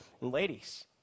Ladies